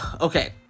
Okay